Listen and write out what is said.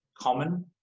common